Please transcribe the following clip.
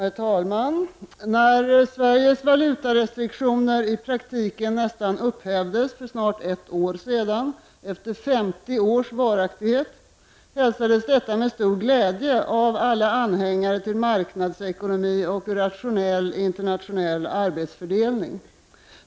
Herr talman! När Sveriges valutarestriktioner i praktiken nästan upphävdes för snart ett år sedan — efter 50 års varaktighet — hälsades detta med stor glädje av alla anhängare av marknadsekonomi och rationell internationell arbetsfördelning.